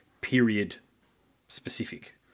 period-specific